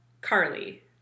Carly